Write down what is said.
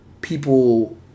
people